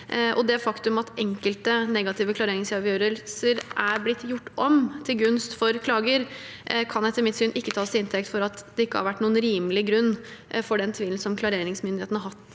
Det faktum at enkelte negative klareringsavgjørelser er blitt gjort om til gunst for klager, kan etter mitt syn ikke tas til inntekt for at det ikke har vært noen rimelig grunn for den tvilen som klareringsmyndighetene har hatt